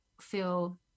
feel